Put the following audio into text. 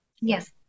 Yes